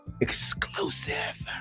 exclusive